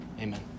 Amen